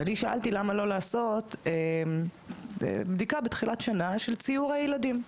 אני שאלתי למה לא לעשות בדיקה בתחילת שנה של ציור הילדים.